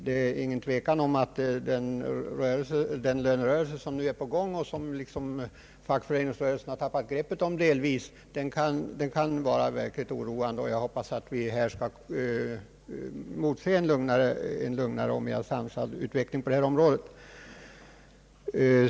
Det är ingen tvekan om att den lönerörelse, som nu är igångsatt och som fackföreningsrörelsen delvis förlorat greppet över, är verkligt oroande. Men jag hoppas att vi skall få emotse en lugnare och mera sansad utveckling på detta område.